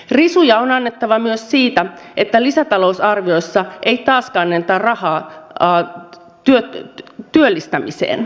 risuja on annettava myös siitä että lisätalousarviossa ei taaskaan anneta rahaa työllistämiseen